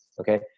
Okay